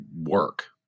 work